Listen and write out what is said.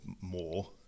more